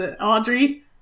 Audrey